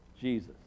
Jesus